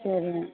சரி